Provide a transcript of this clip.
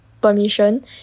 permission